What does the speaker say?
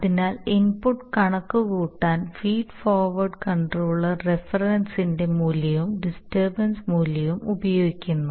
അതിനാൽ ഇൻപുട്ട് കണക്കുകൂട്ടാൻ feed forward controller റഫറൻസിന്റെ മൂല്യവും ഡിസ്റ്റർബൻസ് മൂല്യവും ഉപയോഗിക്കുന്നു